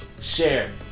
share